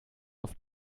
auf